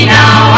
now